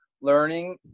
learning